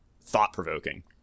thought-provoking